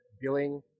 billing